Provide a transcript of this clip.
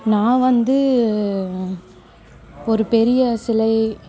நான் வந்து ஒரு பெரிய சிலை